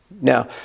Now